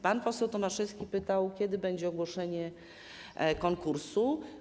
Pan poseł Tomaszewski pytał, kiedy nastąpi ogłoszenie konkursu.